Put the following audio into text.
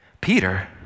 Peter